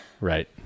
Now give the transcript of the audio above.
Right